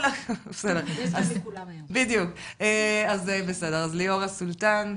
אז ליאורה סולטן בבקשה.